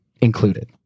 included